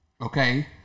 okay